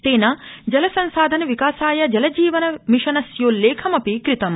तेन जल संसाधन विकासाय जल जीवन मिशनस्योल्लेखमाप कृतम्